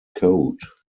code